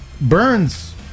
Burns